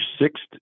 sixth